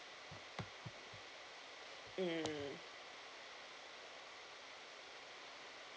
mm